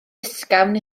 ysgafn